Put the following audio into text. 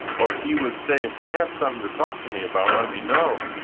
or he would say, if you have something to talk to me about, let me know,